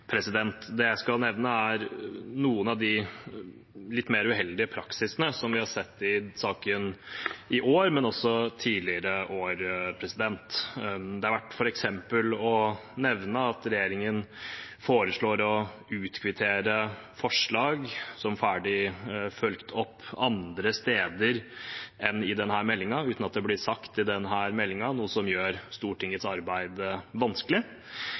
Det jeg skal nevne, er noen av de litt mer uheldige praksisene vi har sett i saken i år, men også tidligere år. Det er f.eks. verdt å nevne at regjeringen foreslår å utkvittere forslag som ferdig fulgt opp andre steder enn i denne meldingen, uten at det blir sagt i denne meldingen, noe som gjør Stortingets arbeid vanskelig.